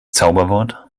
zauberwort